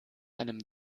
einem